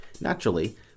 Naturally